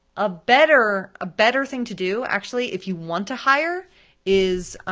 a better better thing to do actually, if you want to hire is,